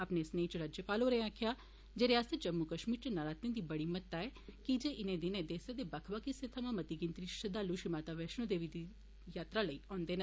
अपने सनेह् च राज्यपाल होरें आक्खेआ जे रिआसत जम्मू कश्मीर च नरातें दी मती महत्ता ऐ की जे इनें दिनें देसे दे बक्ख बक्ख हिस्से थमां मती गिनतरी च श्रद्वालु श्री माता वैष्णो देवी जी दी यात्रा पर औंदे न